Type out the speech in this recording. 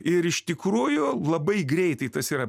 ir iš tikrųjų labai greitai tas yra